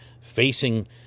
facing